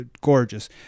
gorgeous